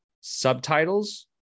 subtitles